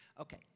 Okay